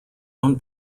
own